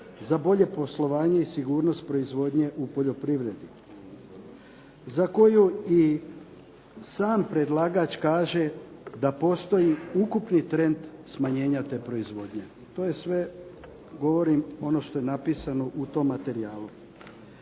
za bolje poslovanje i sigurnost proizvodnje u poljoprivredi za koju i sam predlagač kaže da postoji ukupni trend smanjenja te proizvodnje. To sve govorim ono što je napisano u tom materijalu.